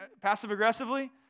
passive-aggressively